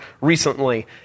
recently